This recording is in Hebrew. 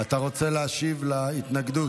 אתה רוצה להשיב על ההתנגדות?